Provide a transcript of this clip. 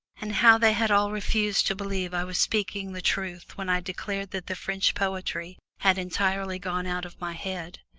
and how they had all refused to believe i was speaking the truth when i declared that the french poetry had entirely gone out of my head.